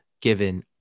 given